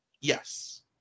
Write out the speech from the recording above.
Yes